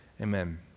Amen